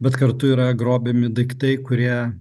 bet kartu yra grobiami daiktai kurie